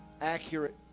accurate